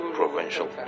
provincial